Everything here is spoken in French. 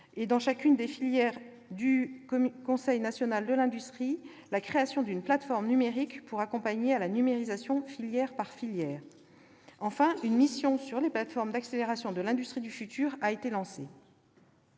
dans chacune des filières du Conseil national de l'industrie, d'une plateforme numérique pour accompagner à la numérisation, filière par filière. Enfin, une mission sur les plateformes d'accélération de l'industrie du futur a été lancée.